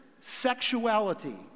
sexuality